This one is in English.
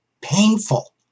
painful